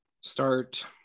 start